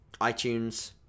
iTunes